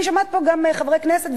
אני שומעת פה גם חברי כנסת,